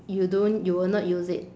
you don't you will not use it